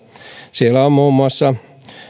siellä on muun muassa